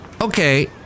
Okay